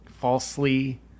falsely